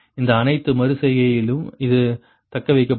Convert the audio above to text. இந்த அனைத்து மறு செய்கை மாறிலியிலும் இது தக்கவைக்கப்படும்